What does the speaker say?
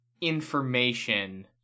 information